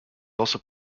also